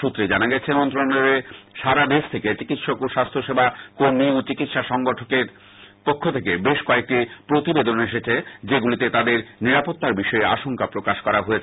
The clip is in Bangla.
সূত্রে জানা গেছে মন্ত্রণালয়ে সারা দেশ থেকে চিকিৎসক ও স্বাস্থ্য সেবা কর্মী ও চিকিৎসা সংগঠকদের পক্ষ থেকে বেশ কয়েকটি প্রতিবেদন এসেছে যেগুলিতে তাদের নিরাপত্তার বিষয়ে আশংকা প্রকাশ করা হয়েছে